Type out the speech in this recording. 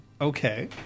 Okay